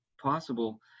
possible